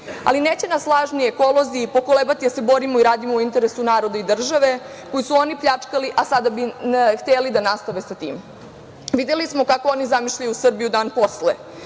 Vučić. Neće nas lažni ekolozi pokolebati da se borimo i radimo u interesu naroda i države koju su oni pljačkali, a sada bi hteli da nastave sa tim. Videli smo kako oni zamišljaju Srbiju dan posle.